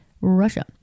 Russia